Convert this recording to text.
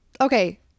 okay